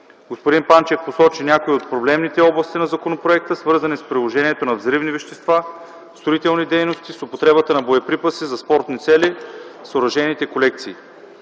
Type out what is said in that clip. Господин Панчев посочи някои от проблемните области на законопроекта – свързани с приложението на взривни вещества в строителни дейности, с употребата на боеприпаси за спортни цели, с оръжейните колекции.